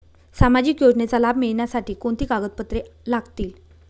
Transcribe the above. सामाजिक योजनेचा लाभ मिळण्यासाठी कोणती कागदपत्रे लागतील?